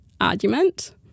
argument